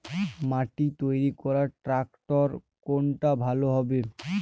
মাটি তৈরি করার ট্রাক্টর কোনটা ভালো হবে?